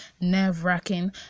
nerve-wracking